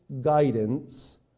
guidance